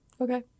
Okay